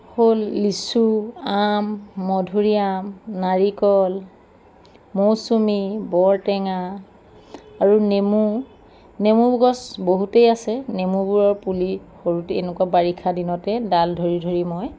হ'ল লিচু আম মধুৰি আম নাৰিকল মৌচুমী বৰটেঙা আৰু নেমু নেমু গছ বহুতেই আছে নেমুবোৰৰ পুলি সৰুতেইএনেকুৱা বাৰিষা দিনতে ডাল ধৰি ধৰি মই